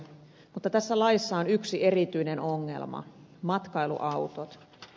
mutta tässä laissa on yksi erityinen ongelma matkailuautot